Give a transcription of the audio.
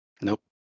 Nope